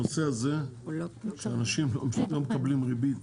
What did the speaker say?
הנושא הזה שאנשים לא מקבלים ריבית,